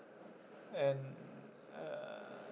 and uh